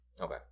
Okay